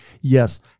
Yes